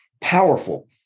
powerful